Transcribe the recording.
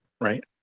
right